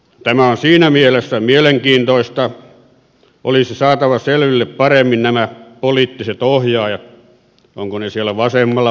tämä on siinä mielessä mielenkiintoista että olisi saatava selville paremmin nämä poliittiset ohjaajat ovatko ne siellä vasemmalla vai oikealla